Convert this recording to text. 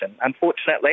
Unfortunately